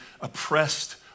oppressed